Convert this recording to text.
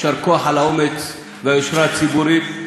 יישר כוח על האומץ והיושרה הציבורית.